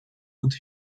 could